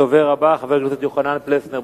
הדובר הבא, חבר הכנסת יוחנן פלסנר.